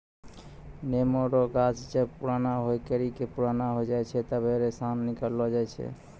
नेमो रो गाछ जब पुराणा होय करि के पुराना हो जाय छै तबै रेशा निकालो जाय छै